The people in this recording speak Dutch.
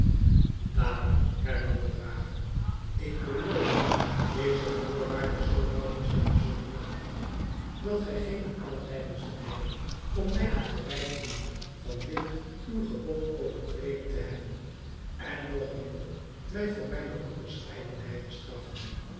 dame hernam de drager ik beloof u deze voorwaarde zoo naauwgezet te zullen nakomen dat gij geene aanleiding zult hebben om mij een verwijt te doen van dit uw gebod overtreden te hebben en nog minder mij voor mijne onbescheidenheid te straffen